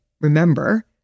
remember